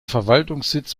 verwaltungssitz